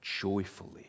joyfully